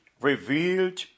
revealed